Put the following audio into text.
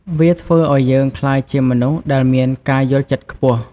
វាធ្វើឱ្យយើងក្លាយជាមនុស្សដែលមានការយល់ចិត្ត ខ្ពស់។